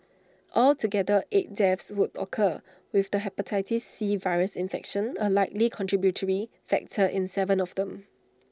altogether eight deaths would occur with the Hepatitis C virus infection A likely contributory factor in Seven of them